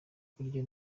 kurya